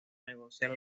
negociar